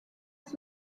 auf